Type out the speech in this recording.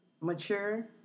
mature